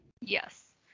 Yes